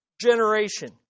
generation